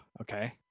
okay